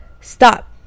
Stop